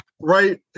Right